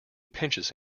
pinches